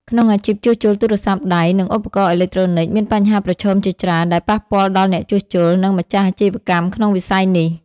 ក្នុងអាជីពជួសជុលទូរស័ព្ទដៃ និងឧបករណ៍អេឡិចត្រូនិក មានបញ្ហាប្រឈមជាច្រើនដែលប៉ះពាល់ដល់អ្នកជួសជុល និងម្ចាស់អាជីវកម្មក្នុងវិស័យនេះ។